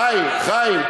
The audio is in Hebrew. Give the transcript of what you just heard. חיים,